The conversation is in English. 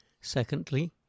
Secondly